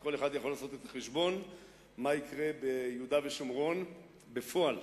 כל אחד יכול לעשות חשבון מה יקרה ביהודה ושומרון בפועל